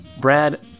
Brad